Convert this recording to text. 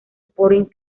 sporting